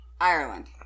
Ireland